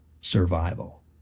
survival